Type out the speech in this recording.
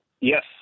Yes